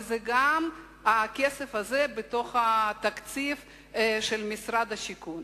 וגם הכסף הזה בתקציב של משרד השיכון.